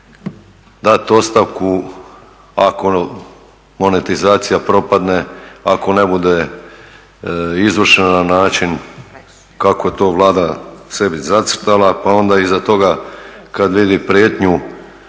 dati ostavku ako monetizacija propadne, ako ne bude izvršena na način kako je to Vlada sebi zacrtala pa onda iza toga kada vidi prijetnju,